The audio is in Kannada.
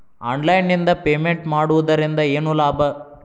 ಆನ್ಲೈನ್ ನಿಂದ ಪೇಮೆಂಟ್ ಮಾಡುವುದರಿಂದ ಏನು ಲಾಭ?